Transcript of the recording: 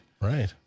Right